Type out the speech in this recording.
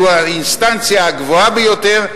שהוא האינסטנציה הגבוהה ביותר,